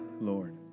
Lord